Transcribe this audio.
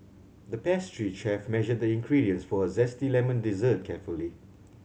the pastry chef measured the ingredients for a zesty lemon dessert carefully